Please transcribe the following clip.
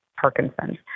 Parkinson's